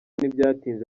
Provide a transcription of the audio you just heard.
ntibyatinze